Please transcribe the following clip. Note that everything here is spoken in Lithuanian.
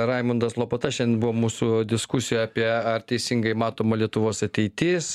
raimundas lopata šiandien buvo mūsų diskusijoje apie ar teisingai matoma lietuvos ateitis